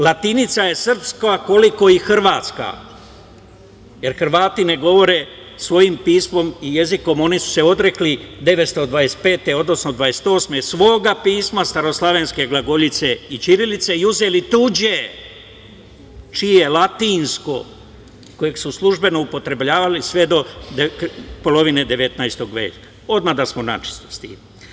Latinica je srpska koliko i hrvatska, jer Hrvati ne govore svojim pismom i jezikom, oni su se odrekli 925. godine, odnosno dvadeset osme, svoga pisma, staroslavenske glagoljice i ćirilice i uzeli tuđe čije je latinsko, kojeg su službeno upotrebljavali sve do polovine 19. veka, odmah da smo načisto s tim.